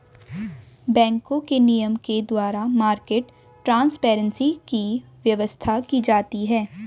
बैंकों के नियम के द्वारा मार्केट ट्रांसपेरेंसी की व्यवस्था की जाती है